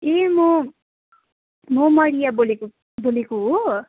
ए म म मरिया बोलेको बोलेको हो